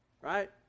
right